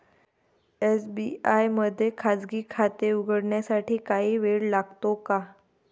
SBI मध्ये खाजगी खाते उघडण्यासाठी काही वेळ लागतो का?